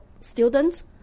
students